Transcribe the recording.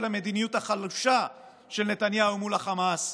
המדיניות החלושה של נתניהו מול החמאס.